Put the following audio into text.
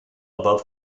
above